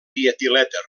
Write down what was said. dietilèter